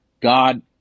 god